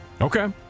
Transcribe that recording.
okay